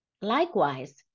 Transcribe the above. Likewise